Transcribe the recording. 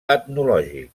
etnològic